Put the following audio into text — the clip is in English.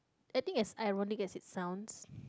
I think is ironic as its sounds